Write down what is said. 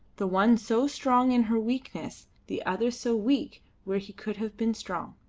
the one so strong in her weakness, the other so weak where he could have been strong.